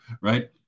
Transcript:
right